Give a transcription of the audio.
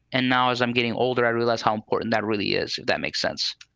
and now as i'm getting older, i realize how important that really is. that makes sense.